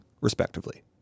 respectively